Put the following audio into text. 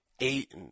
Eight